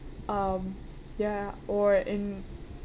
um ya or in